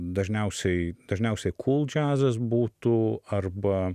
dažniausiai dažniausiai kūl džiazas būtų arba